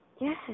Yes